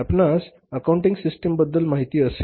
आपणास accounting system बद्दल माहिती असेल